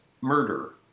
murder